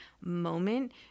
moment